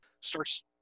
starts